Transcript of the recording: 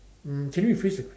mm can you rephrase the